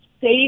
safe